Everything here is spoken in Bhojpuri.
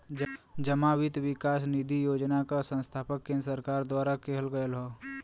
जमा वित्त विकास निधि योजना क स्थापना केन्द्र सरकार द्वारा किहल गयल हौ